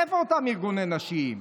איפה אותם ארגוני נשים?